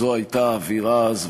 זו הייתה האווירה אז,